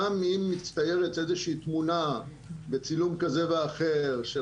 גם אם מצטיירת איזה שהיא תמונה בצילום כזה ואחר של